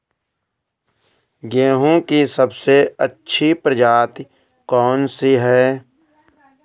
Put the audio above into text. गेहूँ की सबसे अच्छी प्रजाति कौन सी है?